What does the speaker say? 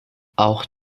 auch